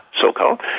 so-called